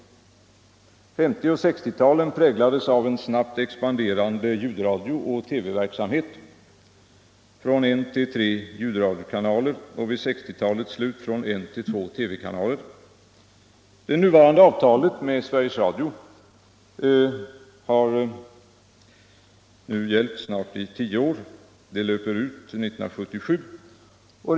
1950 och 1960-talen präglades av en snabbt expanderande ljudradio och tv-verksamhet: från en till tre ljudradiokanaler och vid 1960-talets slut från en till två tv-kanaler. Det nuvarande avtalet med Sveriges Radio som har gällt i snart tio år löper ut 1977. BI.